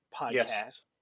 podcast